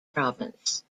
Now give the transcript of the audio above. province